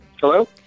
Hello